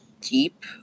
deep